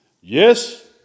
Yes